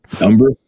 Number